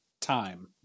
time